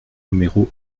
numéro